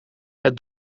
het